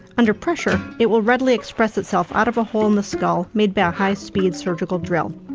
under pressure it will readily express itself out of a hole in the skull made by a high-speed surgical drill.